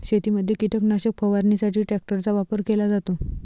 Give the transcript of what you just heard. शेतीमध्ये कीटकनाशक फवारणीसाठी ट्रॅक्टरचा वापर केला जातो